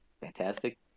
Fantastic